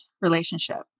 relationship